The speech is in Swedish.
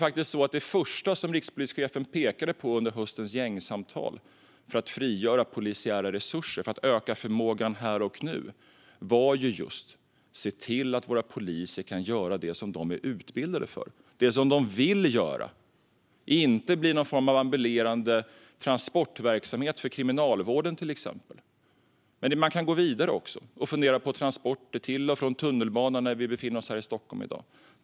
Det första som rikspolischefen pekade på under höstens gängsamtal - för att frigöra polisiära resurser och för att öka förmågan här och nu - var just att vi ska se till att våra poliser kan göra det som de är utbildade för och det som de vill göra. De ska till exempel inte bli någon form av ambulerande transportverksamhet för Kriminalvården. Man kan också gå vidare och fundera på transporter till och från tunnelbanan i Stockholm, där vi befinner oss i dag.